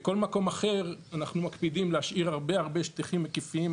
בכל מקום אחר אנחנו מקפידים להשאיר הרבה שטחים היקפיים,